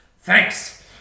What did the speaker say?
Thanks